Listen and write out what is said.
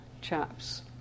chaps